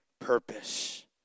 purpose